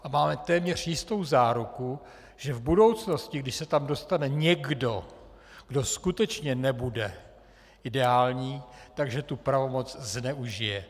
A máme téměř jistou záruku, že v budoucnosti, když se tam dostane někdo, kdo skutečně nebude ideální, že tu pravomoc zneužije.